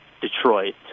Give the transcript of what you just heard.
Detroit